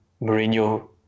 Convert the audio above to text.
Mourinho